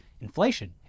inflation